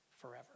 forever